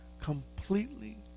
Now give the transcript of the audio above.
completely